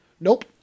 Nope